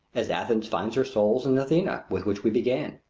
as athens finds her soul in the athena with which we began.